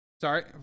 Sorry